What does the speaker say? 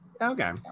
Okay